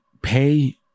pay